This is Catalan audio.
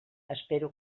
espero